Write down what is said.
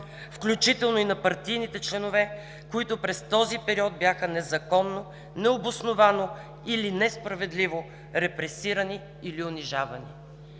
включително и на партийните членове, които през този период бяха незаконно, необосновано или несправедливо репресирани или унижавани“.